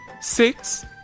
six